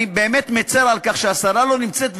אני באמת מצר על כך שהשרה לא נמצאת,